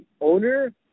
owner